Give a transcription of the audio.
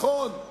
נכון,